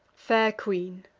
fair queen,